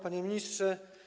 Panie Ministrze!